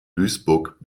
duisburg